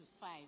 five